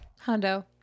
Hondo